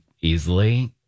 easily